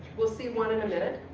we'll see one in a minute,